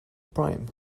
prime